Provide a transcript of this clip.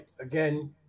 again